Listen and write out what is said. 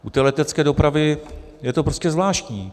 U té letecké dopravy je to prostě zvláštní.